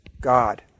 God